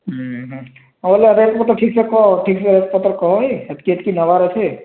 ହୁଁ ହୁଁ ହଉ ହେଲା ରେଟ୍ ପତର ଠିକ୍ସେ କହ ଠିକ୍ସେ ରେଟ୍ ପତର କହ ହେ ହେତ୍କି ହେତ୍କି ନେବାର ଅଛେ